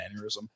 aneurysm